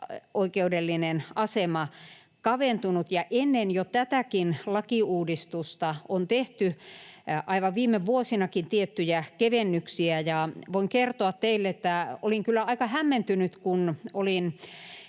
julkisoikeudellinen asema kaventunut, ja jo ennen tätäkin lakiuudistusta on tehty aivan viime vuosinakin tiettyjä kevennyksiä. Voin kertoa teille, että olin kyllä aika hämmentynyt, kun olin